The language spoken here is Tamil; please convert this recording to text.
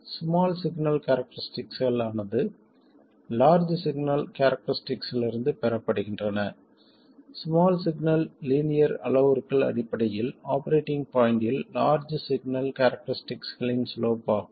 ஸ்மால் சிக்னல் கேரக்டரஸ்டிக்கள் ஆனது லார்ஜ் சிக்னல் கேரக்டரஸ்டிலிருந்து பெறப்படுகின்றன ஸ்மால் சிக்னல் லீனியர் அளவுருக்கள் அடிப்படையில் ஆபரேட்டிங் பாய்ண்ட்டில் லார்ஜ் சிக்னல் கேரக்டரஸ்டிகளின் சிலோப் ஆகும்